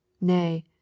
nay